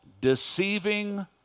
deceiving